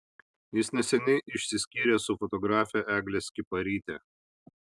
jis neseniai išsiskyrė su fotografe egle skiparyte